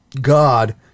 God